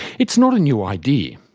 it's not a new idea.